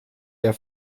der